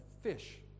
fish